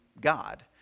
God